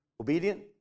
obedient